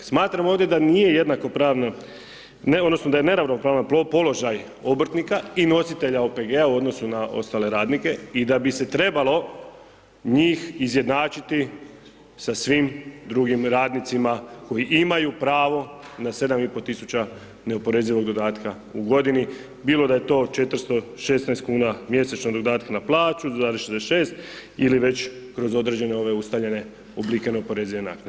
Smatram ovdje da nije jednako pravno, odnosno da je neravnopravan položaj obrtnika i nositelja OPG-a u odnosu na ostale radnike i da bi se trebalo njih izjednačiti sa svim drugim radnicima koji imaju pravo na 7,5 tisuća neoporezivog dodatka u godini bilo da je to 416 kuna mjesečno dodatka na plaću zarez 66 ili već kroz određene ove ustaljene oblike neoporezive naknade.